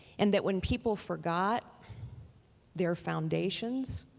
and that when people forgot their foundations,